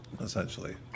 essentially